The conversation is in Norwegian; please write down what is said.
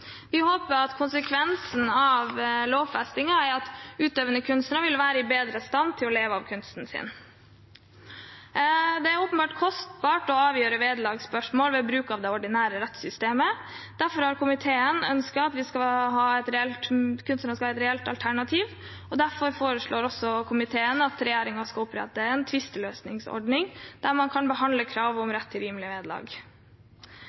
Vi håper at konsekvensen av lovfestingen er at utøvende kunstnere vil være bedre i stand til å leve av kunsten sin. Det er åpenbart kostbart å avgjøre vederlagsspørsmål ved bruk av det ordinære rettssystemet. Derfor har komiteen ønsket at kunstnerne skal ha et reelt alternativ, og derfor foreslår også komiteen at regjeringen skal opprette en tvisteløsningsordning der man kan behandle krav om